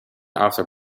after